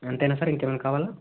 అంతేనా సార్ ఇంకేమైనా కావాలా